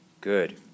good